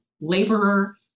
laborer